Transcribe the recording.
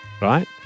Right